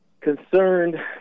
concerned